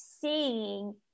seeing